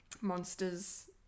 monsters